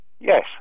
Yes